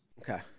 Okay